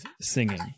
singing